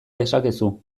dezakezu